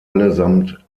allesamt